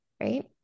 right